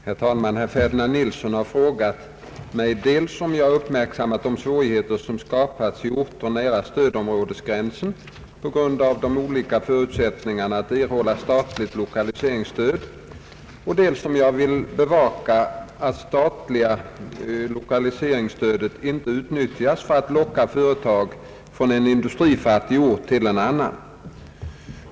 Herr talman! Herr Ferdinand Nilsson har frågat mig dels om jag uppmärksammat de svårigheter, som skapats i orter nära stödområdesgränsen på grund av de olika förutsättningarna att erhålla statligt lokaliseringsstöd, och dels om jag vill bevaka att statligt lokaliseringsstöd inte utnyttjas för att locka företag från en industrifattig ort till en annan.